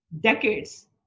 decades